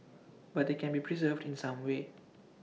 but they can be preserved in some way